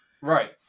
Right